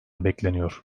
bekleniyor